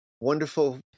wonderful